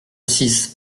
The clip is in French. six